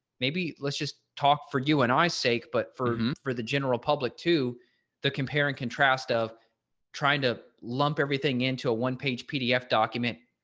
maybe let's just talk for you and i sake but for for the general public to the compare and contrast of trying to lump everything into a one page pdf document,